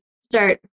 start